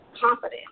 confident